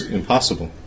impossible